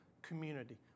community